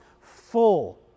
full